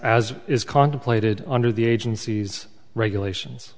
as is contemplated under the agency's regulations